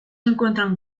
encuentran